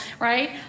right